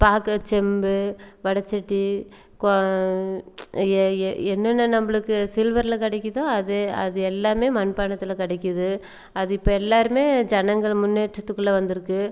பார்க்க செம்பு வடைச்சட்டி கொ எ எ என்னென்ன நம்பளுக்கு சில்வரில் கிடைக்குதோ அது அது எல்லாமே மண்பாண்டத்தில் கிடைக்கிது அது இப்போ எல்லோருமே ஜனங்கள் முன்னேற்றத்துக்குள்ளே வந்துருக்குது